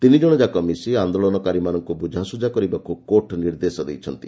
ତିନି ଜଶଯାକ ମିଶି ଆନ୍ଦୋଳନକାରୀମାନଙ୍କୁ ବୁଝାସୁଝା କରିବାକୁ କୋର୍ଟ ନିର୍ଦ୍ଦେଶ ଦେଇଛନ୍ତି